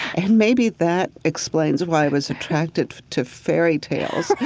and maybe that explains why i was attracted to fairy tales.